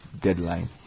deadline